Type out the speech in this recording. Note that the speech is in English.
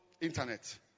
internet